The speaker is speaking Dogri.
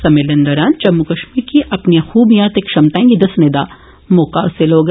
सम्मेलन दौरान जम्मू कश्मीर गी अपनियां खुबियां ते क्षमताएं गी दस्सने दा मौका हासिल होग